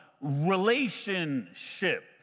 relationship